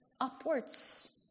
upwards